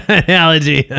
analogy